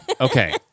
Okay